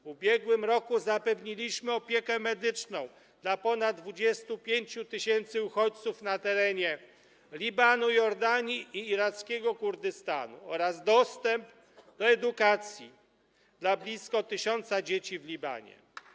W ubiegłym roku zapewniliśmy opiekę medyczną dla ponad 25 tys. uchodźców na terenie Libanu, Jordanii i irackiego Kurdystanu oraz dostęp do edukacji dla blisko 1 tys. dzieci w Libanie.